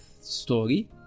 story